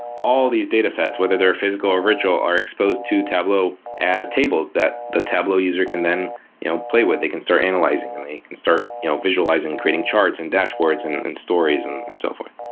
all of these datasets, whether they're physical or virtual are exposed to tableau as tables that the tableau user can then you know play with. they can start analyzing and they can start you know visualizing, creating charts and dashboards and and stories and and so forth.